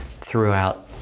throughout